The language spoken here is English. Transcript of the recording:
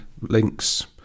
links